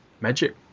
Magic